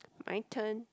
my turn